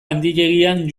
handiegian